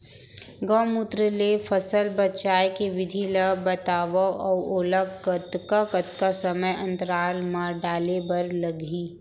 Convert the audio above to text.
गौमूत्र ले फसल बचाए के विधि ला बतावव अऊ ओला कतका कतका समय अंतराल मा डाले बर लागही?